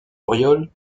auriol